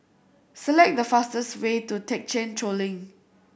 select the fastest way to Thekchen Choling